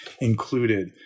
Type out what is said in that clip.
included